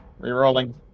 Rerolling